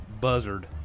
buzzard